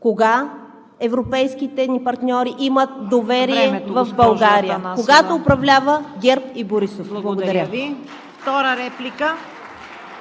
Кога европейските ни партньори имат доверие в България? Когато управлява ГЕРБ и Борисов! Благодаря.